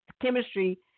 chemistry